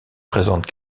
présentent